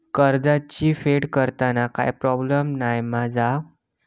कर्जाची फेड करताना काय प्रोब्लेम नाय मा जा?